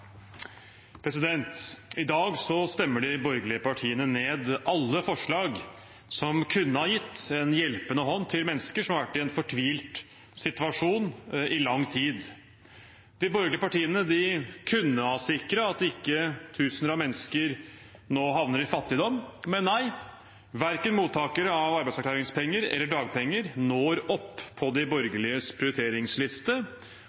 kunne ha gitt en hjelpende hånd til mennesker som har vært i en fortvilet situasjon i lang tid. De borgerlige partiene kunne ha sikret at ikke tusener av mennesker nå havner i fattigdom, men nei, verken mottakere av arbeidsavklaringspenger eller av dagpenger når opp på de